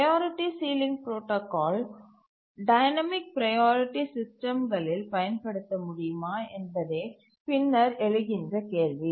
priority ceiling protocol dynamic priority சிஸ்டம்களில் பயன்படுத்த முடியுமா என்பதே பின்னர் எழுகின்ற கேள்வி